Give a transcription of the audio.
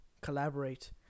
collaborate